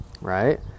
right